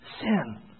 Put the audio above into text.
sin